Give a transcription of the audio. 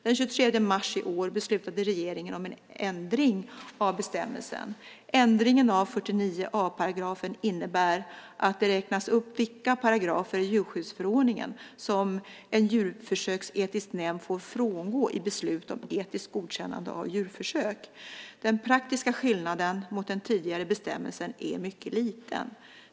Den 23 mars i år beslutade regeringen om en ändring av bestämmelsen. Ändringen av 49 a § innebär att det räknas upp vilka paragrafer i djurskyddsförordningen som en djurförsöksetisk nämnd får frångå i beslut om etiskt godkännande av djurförsök. Den praktiska skillnaden mot den tidigare bestämmelsen är mycket liten.